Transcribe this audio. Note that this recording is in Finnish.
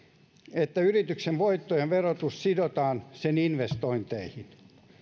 että yrityksen voittojen verotus sidotaan sen investointeihin